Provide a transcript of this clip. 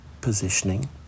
Positioning